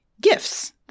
gifts